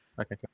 Okay